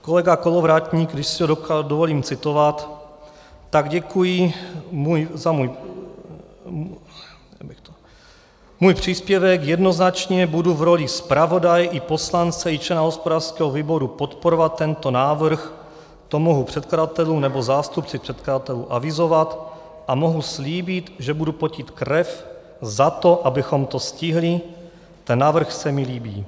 Kolega Kolovratník dovolím citovat tak děkuji, můj příspěvek, jednoznačně budu v roli zpravodaje i poslance i člena hospodářského výboru podporovat tento návrh, to mohu předkladatelům, nebo zástupci předkladatelů avizovat a mohu slíbit, že budu potit krev za to, abychom to stihli, ten návrh se mi líbí.